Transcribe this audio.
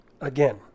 Again